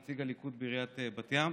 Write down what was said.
נציג הליכוד בעיריית בת ים.